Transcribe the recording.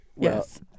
Yes